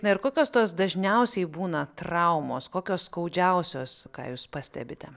na ir kokios tos dažniausiai būna traumos kokios skaudžiausios ką jūs pastebite